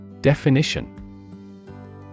Definition